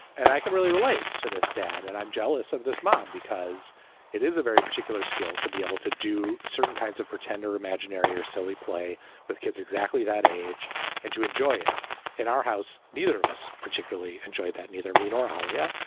and i can really relate to this, dad. and i'm jealous of this mom because it is a very particular skill to be able to do certain kinds of pretend or imaginary or silly play with kids exactly that age and to enjoy it in our house. neither of us particularly enjoy that, neither me nor alya.